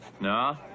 No